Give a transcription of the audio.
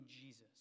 Jesus